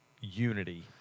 unity